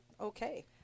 okay